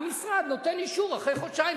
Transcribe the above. המשרד נותן אישור אחרי חודשיים,